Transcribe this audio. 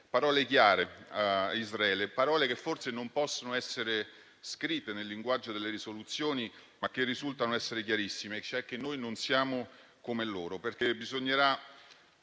parole chiare a Israele, parole che forse non possono essere scritte nel linguaggio delle risoluzioni, ma che risultano essere chiarissime: noi non siamo come loro. Bisognerà